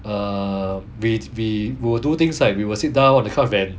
err we we will do things like we will sit down on the kind of then